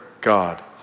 God